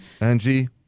Angie